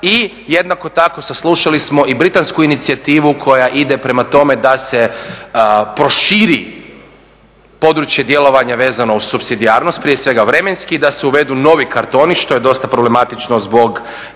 I jednako tako saslušali smo i britansku inicijativu koja ide prema tome da se proširi područje djelovanja vezano uz supsidijarnost, prije svega vremenski i da se uvedu novi kartoni što je dosta problematično zbog